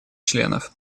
членов